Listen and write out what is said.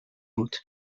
بود